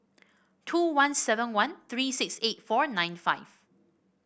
two one seven one three six eight four nine five